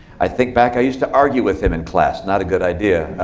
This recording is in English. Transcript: i think back. i used to argue with him in class. not a good idea.